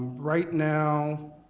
right now,